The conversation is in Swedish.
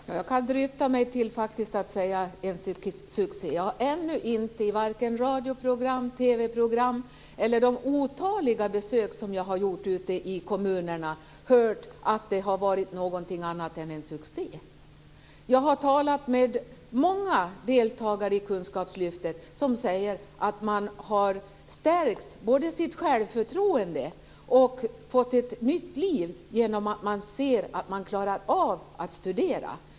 Herr talman! Jag kan faktiskt drista mig till att säga att det är en succé. Jag har ännu inte i vare sig radioprogram, TV-program eller under de otaliga besök som jag har gjort ute i kommunerna hört att det har varit någonting annat än en succé. Jag har talat med många deltagare i kunskapslyftet, som säger att de har stärkt både sitt självförtroende och fått ett nytt liv genom att de ser att de klarar av att studera.